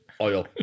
oil